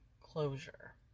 closure